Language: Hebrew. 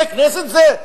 זה כנסת זה?